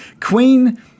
Queen